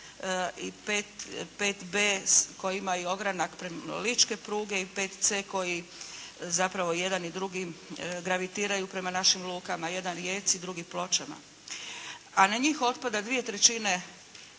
i 5B koji ima ogranak ličke pruge i 5C koji zapravo i jedan i drugi gravitiraju prema našim lukama, jedan Rijeci drugi Pločama. A na njih otpada dvije trećine